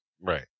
Right